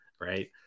Right